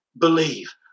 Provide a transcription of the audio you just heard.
believe